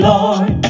Lord